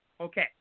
Okay